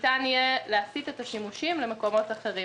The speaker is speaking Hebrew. ניתן יהיה להסיט את השימושים למקורות אחרים.